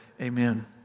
Amen